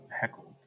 heckled